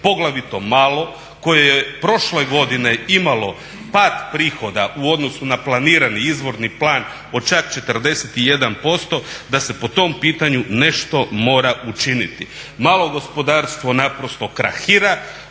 poglavito malo koje je prošle godine imalo pad prihoda u odnosu na planirani izvorni plan od čak 41% da se po tom pitanju nešto mora učiniti. Malo gospodarstvo naprosto krahira,